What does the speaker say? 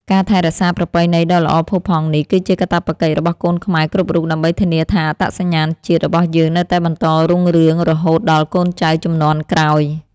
ការថែរក្សាប្រពៃណីដ៏ល្អផូរផង់នេះគឺជាកាតព្វកិច្ចរបស់កូនខ្មែរគ្រប់រូបដើម្បីធានាថាអត្តសញ្ញាណជាតិរបស់យើងនៅតែបន្តរុងរឿងរហូតដល់កូនចៅជំនាន់ក្រោយ។